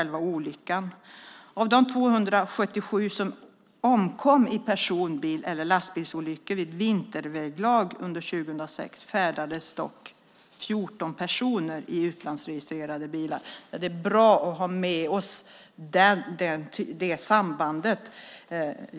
Vi vet dock att av de 277 som omkom i personbils eller lastbilsolyckor i vinterväglag under 2006 färdades 14 personer i utlandsregistrerade bilar. Det är bra att ha med sig det sambandet.